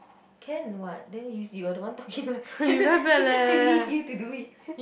can [what] there you is you're the one talking I need you to do it